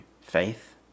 faith